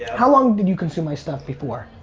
how long did you consume my stuff before?